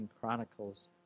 Chronicles